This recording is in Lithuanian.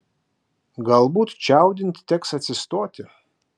galbūt čiaudint teks atsistoti